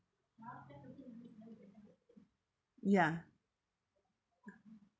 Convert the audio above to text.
ya